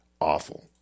awful